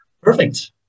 Perfect